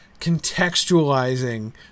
contextualizing